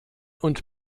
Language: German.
und